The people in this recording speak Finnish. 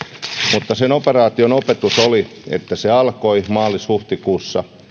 mutta sen operaation opetus oli että se alkoi maalis huhtikuussa